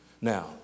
Now